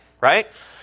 right